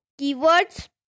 Keywords